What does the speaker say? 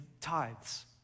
tithes